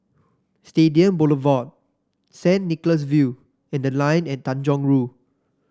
Stadium Boulevard Saint Nicholas View and The Line at Tanjong Rhu